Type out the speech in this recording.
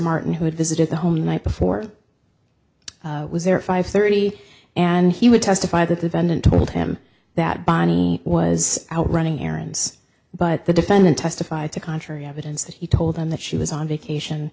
martin who had visited the home the night before was there at five thirty and he would testify that the vendor told him that bonnie was out running errands but the defendant testified to contrary evidence that he told them that she was on vacation